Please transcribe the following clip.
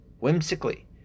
whimsically